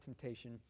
temptation